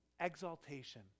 exaltation